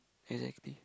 exactly